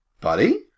Buddy